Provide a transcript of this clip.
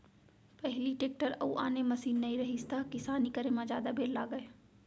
पहिली टेक्टर अउ आने मसीन नइ रहिस त किसानी करे म जादा बेर लागय